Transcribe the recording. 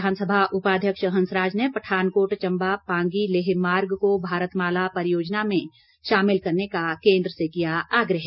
विधानसभा उपाध्यक्ष हंसराज ने पठानकोट चम्बा पांगी लेह मार्ग को भारतमाला परियोजना में शामिल करने का केन्द्र से किया आग्रह